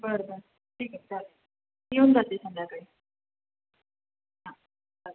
बर बर ठीक आहे चालेल येऊन जाते संध्याकाळी